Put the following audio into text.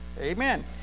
Amen